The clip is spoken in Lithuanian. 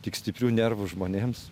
tik stiprių nervų žmonėms